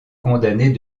condamnés